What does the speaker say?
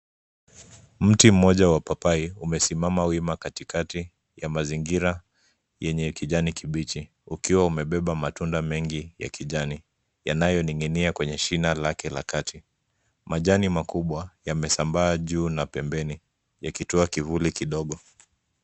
Mti mmoja wa papai umesimama wima katikati ya mazingira yenye kijani kibichi ukiwa umebeba matunda mengi ya kijani, yanayoning'inia kwenye shina lake la kati. Majani makubwa yamesambaa juu na pembeni yakitoa kivuli kidogo.